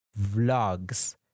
vlogs